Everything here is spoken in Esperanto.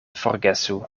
forgesu